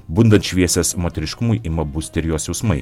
bundant šviesės moteriškumui ima busti ir jos jausmai